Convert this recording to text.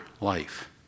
life